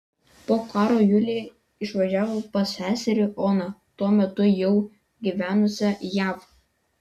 po karo julija išvažiavo pas seserį oną tuo metu jau gyvenusią jav